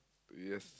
yes